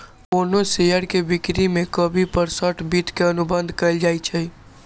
कोनो शेयर के बिक्री में कमी पर शॉर्ट वित्त के अनुबंध कएल जाई छई